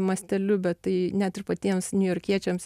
masteliu bet tai net ir patiems niujorkiečiams